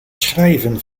schrijven